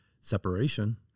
separation